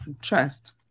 trust